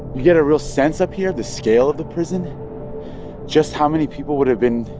get a real sense up here the scale of the prison just how many people would have been